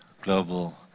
global